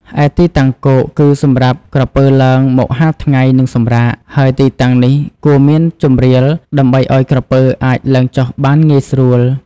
ឯទីតាំងគោក គឺសម្រាប់ក្រពើឡើងមកហាលថ្ងៃ និងសម្រាក ហើយទីតាំងនេះគួរមានជម្រាលដើម្បីឲ្យក្រពើអាចឡើងចុះបានងាយស្រួល។